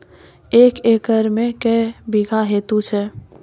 एक एकरऽ मे के बीघा हेतु छै?